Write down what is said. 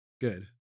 Good